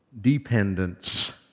dependence